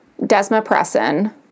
Desmopressin